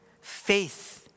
Faith